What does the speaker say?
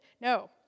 No